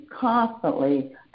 constantly